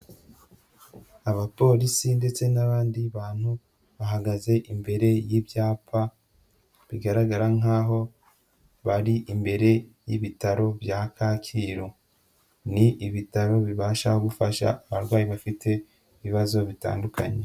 Abapolisi ndetse n'abandi bantu bahagaze imbere y'ibyapa bigaragara nkaho bari imbere y'ibitaro bya Kacyiru. Ni ibitaro bibasha gufasha abarwayi bafite ibibazo bitandukanye.